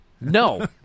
no